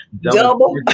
double